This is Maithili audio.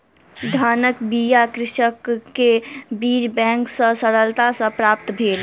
धानक बीया कृषक के बीज बैंक सॅ सरलता सॅ प्राप्त भेल